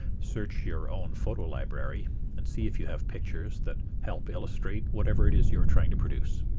search your own photo library and see if you have pictures that help illustrate whatever it is you're trying to produce.